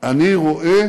אני רואה